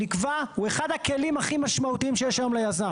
הוא אחד הכלים הכי משמעותיים היום שיש ליזם.